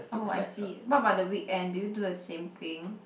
oh I see what about the weekend do you do the same thing